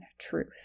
truth